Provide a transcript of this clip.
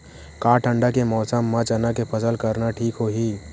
का ठंडा के मौसम म चना के फसल करना ठीक होही?